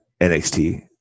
NXT